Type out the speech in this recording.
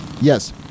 Yes